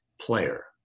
player